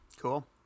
Cool